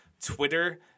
Twitter